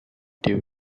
due